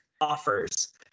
offers